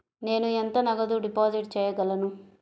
నేను ఎంత నగదు డిపాజిట్ చేయగలను?